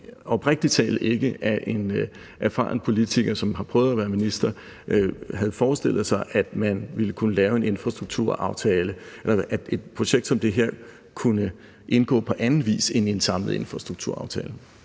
oprigtig talt ikke, at en erfaren politiker, som har prøvet at være minister, havde forestillet sig, at man ville kunne lave en infrastrukturaftale, og at et projekt som det her ville kunne indgå på anden vis end i en samlet infrastrukturaftale.